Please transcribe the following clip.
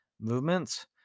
movements